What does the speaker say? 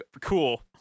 cool